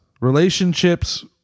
relationships